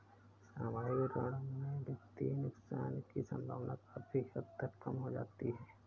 सामूहिक ऋण में वित्तीय नुकसान की सम्भावना काफी हद तक कम हो जाती है